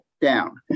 down